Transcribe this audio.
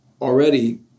already